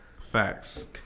Facts